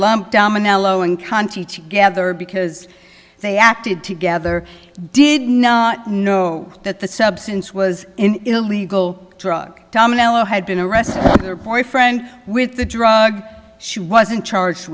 kaante together because they acted together did not know that the substance was in illegal drug domino had been arrested her boyfriend with the drug she wasn't charged